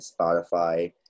Spotify